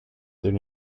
there